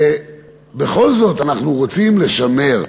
בכל זאת אנחנו רוצים לשמר.